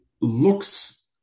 looks